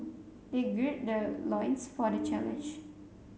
they gird their loins for the challenge